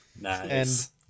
nice